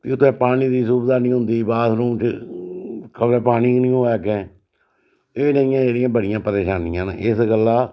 फ्ही उत्थे पानी दी सुविधा नी होंदी बाथरूम च खबरै पानी गै नी होऐ अग्गें एह् नेहियां जेह्ड़ियां बड़ियां परेशानियां न इस गल्ला